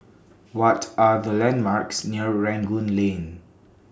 What Are The landmarks near Rangoon Lane